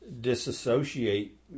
disassociate